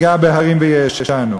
בהרים ויעֱשָנו".